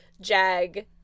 jag